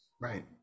right